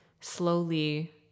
slowly